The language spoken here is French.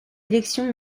élections